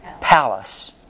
palace